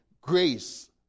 grace